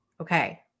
Okay